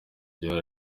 gihari